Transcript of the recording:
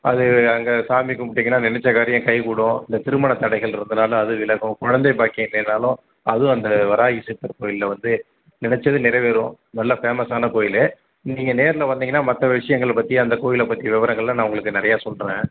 அது அங்கே சாமி கும்பிட்டிங்கன்னா நினைச்ச காரியம் கை கூடும் இந்த திருமண தடைகள் இருந்தானாலும் அது விலகும் குழந்தை பாக்கியம் இல்லைனாலும் அதுவும் அந்த வராகி சித்தர் கோயிலில் வந்து நினைச்சது நிறைவேறும் நல்ல ஃபேமஸ்ஸான கோயில் நீங்கள் நேரில் வந்தீங்கன்னால் மற்ற விஷயங்கள் பற்றி அந்த கோயிலை பற்றின விவரங்களை நான் உங்களுக்கு நிறையா சொல்கிறேன்